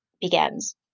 begins